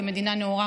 כמדינה נאורה,